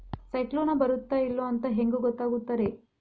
ಸೈಕ್ಲೋನ ಬರುತ್ತ ಇಲ್ಲೋ ಅಂತ ಹೆಂಗ್ ಗೊತ್ತಾಗುತ್ತ ರೇ?